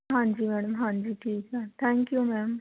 ਹਾਂਜੀ ਮੈਡਮ ਹਾਂਜੀ ਠੀਕ ਆ ਥੈਂਕ ਯੂ ਮੈਮ